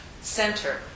center